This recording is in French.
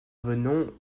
venons